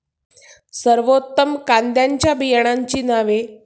सर्वोत्तम कांद्यांच्या बियाण्यांची नावे?